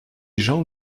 jean